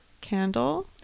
Candle